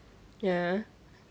ya